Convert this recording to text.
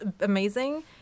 amazing